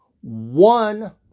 one